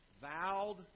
Vowed